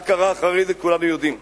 מה קרה אחרי זה כולנו יודעים.